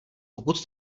pokud